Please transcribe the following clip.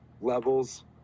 levels